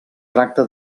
tracta